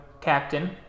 Captain